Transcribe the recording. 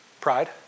Pride